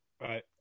Right